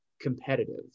competitive